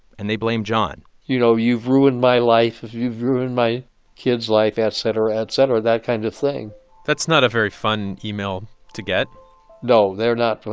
and they blame john you know, you've ruined my life. you've ruined my kid's life, et cetera, et et cetera that kind of thing that's not a very fun email to get no, they're not.